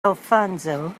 alfonso